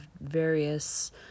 various